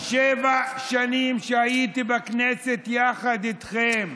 שבע שנים שהייתי בכנסת יחד איתכם,